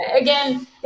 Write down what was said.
Again